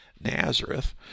Nazareth